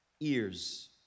ears